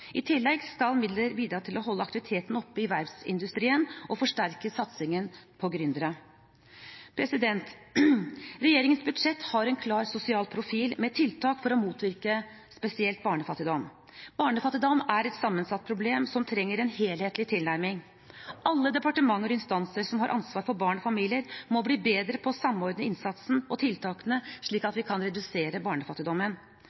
I tillegg skal midlene bidra til å holde aktiviteten oppe i verftsindustrien og forsterke satsingen på gründere. Regjeringens budsjett har en klar sosial profil med tiltak for å motvirke spesielt barnefattigdom. Barnefattigdom er et sammensatt problem som trenger en helhetlig tilnærming. Alle departementer og instanser som har ansvar for barn og familier, må bli bedre på å samordne innsatsen og tiltakene, slik at vi kan redusere barnefattigdommen.